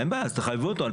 אין בעיה, אז תחייבו אותו.